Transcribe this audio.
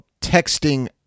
texting